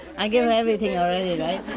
i gave her everything already, right?